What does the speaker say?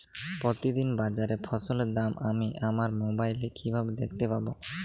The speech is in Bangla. প্রতিদিন বাজারে ফসলের দাম আমি আমার মোবাইলে কিভাবে দেখতে পাব?